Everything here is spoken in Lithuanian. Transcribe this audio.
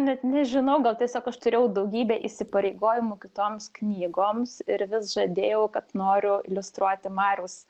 net nežinau gal tiesiog aš turėjau daugybę įsipareigojimų kitoms knygoms ir vis žadėjau kad noriu iliustruoti mariaus